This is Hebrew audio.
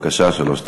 בבקשה, שלוש דקות.